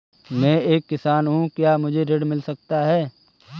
मैं एक किसान हूँ क्या मुझे ऋण मिल सकता है?